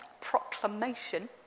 proclamation